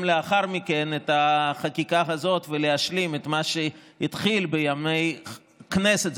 לאחר מכן את החקיקה הזאת ולהשלים את מה שהתחיל בימי הכנסת,